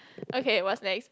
okay what's next